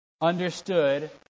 understood